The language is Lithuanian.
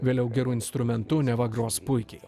vėliau geru instrumentu neva gros puikiai